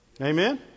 Amen